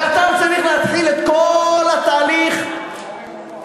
ואתה צריך להתחיל את כל התהליך מהתחלה.